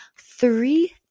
three